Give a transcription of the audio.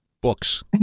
Books